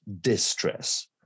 distress